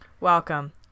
Welcome